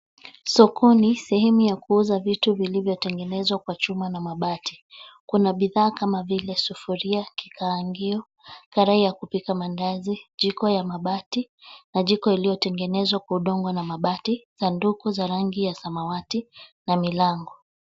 Sokoni sehemu ya kuuza vitu vilivyo tengenezwa kwa chuma na mabati kuna bidhaa kama vile sufuria, kikaangio, karai ya kupika mandazi, jiko ya mabati na jiko iliyo tengenezwa kwa udongo na mabati ,sanduku za rangi ya samawati na milango.